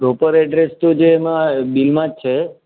proper address તો જે એમાં બિલમાં જ છે